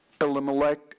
Elimelech